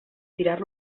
tirar